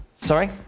Sorry